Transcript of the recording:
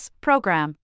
program